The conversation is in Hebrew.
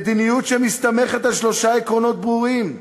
מדיניות שמסתמכת על שלושה עקרונות ברורים: